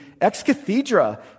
ex-cathedra